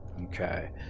Okay